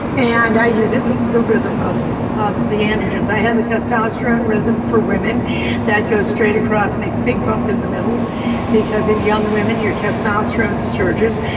and i use it in the rhythm of of the androgens. i have a testosterone rhythm for women that goes straight across, makes a big bump in the middle because in young women, your testosterone surges.